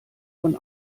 von